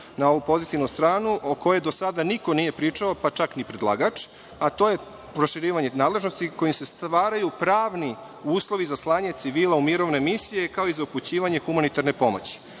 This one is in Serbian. na ovu pozitivnu stranu, o kojoj do sada niko nije pričao, pa čak ni predlagač, a to je proširivanje nadležnosti kojim se stvaraju pravni uslovi za slanje civila u mirovne misije, kao i za upućivanje humanitarne pomoći.